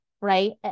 right